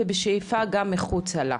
ובשאיפה גם מחוצה לה.